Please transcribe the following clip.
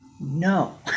No